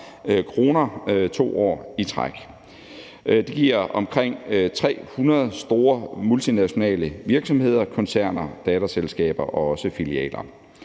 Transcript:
kr. 2 år i træk. Det giver omkring 300 store, multinationale virksomheder, koncerner, datterselskaber og også filialer.